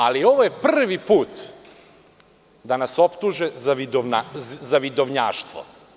Ali, ovo je prvi put da nas optuže za vidovnjaštvo.